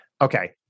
okay